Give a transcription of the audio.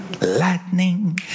Lightning